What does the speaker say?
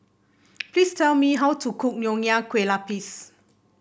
please tell me how to cook Nonya Kueh Lapis